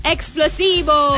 Explosivo